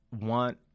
want